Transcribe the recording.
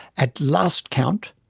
at last count